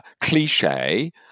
cliche